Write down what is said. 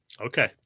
Okay